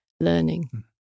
Learning